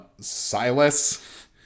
Silas